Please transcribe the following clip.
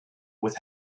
with